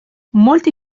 molti